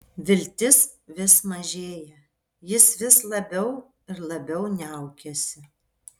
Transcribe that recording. viltis vis mažėja jis vis labiau ir labiau niaukiasi